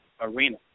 arena